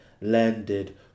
landed